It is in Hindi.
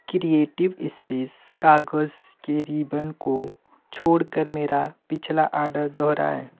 क्रिएटिव स्पेस कागज़ के रिबन को छोड़कर मेरा पिछला आर्डर दोहराएँ